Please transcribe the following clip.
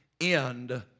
end